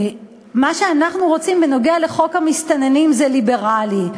מה שאנחנו רוצים בנוגע לחוק המסתננים זה ליברלי.